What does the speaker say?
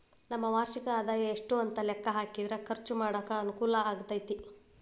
ನಮ್ಮ ವಾರ್ಷಿಕ ಆದಾಯ ಎಷ್ಟು ಅಂತ ಲೆಕ್ಕಾ ಹಾಕಿದ್ರ ಖರ್ಚು ಮಾಡಾಕ ಅನುಕೂಲ ಆಗತೈತಿ